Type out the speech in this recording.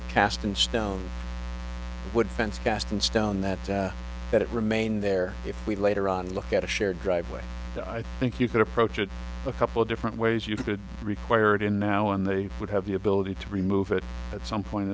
fence cast in stone that it remain there if we later on look at a shared driveway i think you could approach it a couple different ways you could require it in now and they would have the ability to remove it at some point